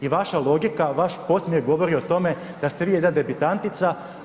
I vaša logika, vaš podsmjeh govori o tome da ste vi jedna debitantica.